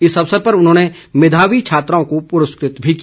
इस अवसर पर उन्होंने मेधावी छात्राओं को पुरस्कृत भी किया